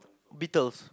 beetles